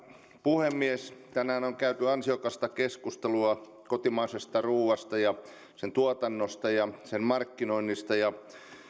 puhemies tänään on käyty ansiokasta keskustelua kotimaisesta ruuasta ja sen tuotannosta ja sen markkinoinnista